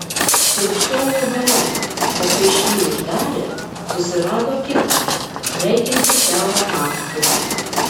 kiurksojo bare o kai šį uždarė susirado kitą veikiantį kiaurą naktį